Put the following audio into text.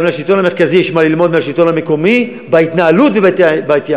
גם לשלטון המרכזי יש מה ללמוד מהשלטון המקומי בהתנהלות ובהתייעלות.